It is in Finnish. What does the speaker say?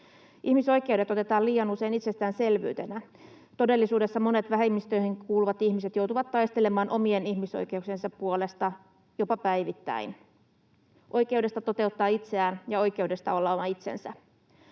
Ihmisoikeudet otetaan liian usein itsestäänselvyytenä. Todellisuudessa monet vähemmistöihin kuuluvat ihmiset joutuvat taistelemaan omien ihmisoikeuksiensa puolesta jopa päivittäin; oikeudesta toteuttaa itseään ja oikeudesta olla oma itsensä.